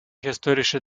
historische